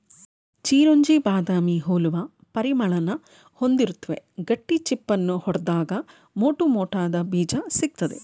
ಚಿರೊಂಜಿ ಬಾದಾಮಿ ಹೋಲುವ ಪರಿಮಳನ ಹೊಂದಿರುತ್ವೆ ಗಟ್ಟಿ ಚಿಪ್ಪನ್ನು ಒಡ್ದಾಗ ಮೋಟುಮೋಟಾದ ಬೀಜ ಸಿಗ್ತದೆ